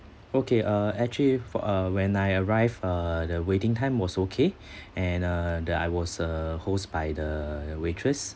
okay uh actually for uh when I arrived uh the waiting time was okay and uh that I was a host by the waitress